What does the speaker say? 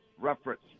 reference